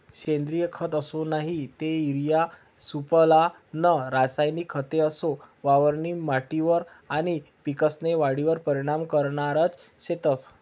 सेंद्रिय खत असो नही ते युरिया सुफला नं रासायनिक खते असो वावरनी माटीवर आनी पिकेस्नी वाढवर परीनाम करनारज शेतंस